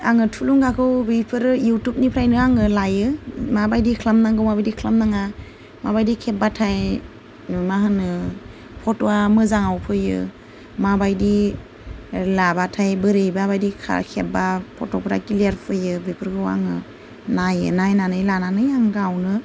आङो थुलुंगाखौ बेफोरो युटुबनिफ्रायनो आङो लायो माबायदि खालामनांगौ माबायदि खालामनाङा माबायदि खेबबाथाय मा होनो फट'आ मोजाङाव फैयो माबायदि लाबाथाय बोरैबा बायदि खेबबा फट'फोरा क्लियार फैयो बेफोरखौ आं नायो नायनानै लानानै आं गावनो